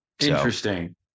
Interesting